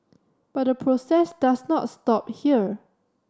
but the process does not stop here